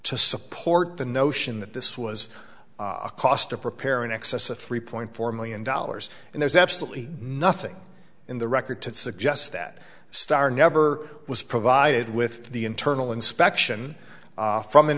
to support the notion that this was a cost of repair in excess of three point four million dollars and there's absolutely nothing in the record to suggest that starr never was provided with the internal inspection from an